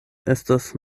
estas